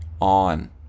on